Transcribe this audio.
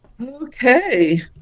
Okay